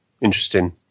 interesting